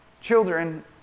children